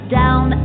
down